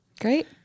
great